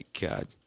God